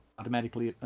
automatically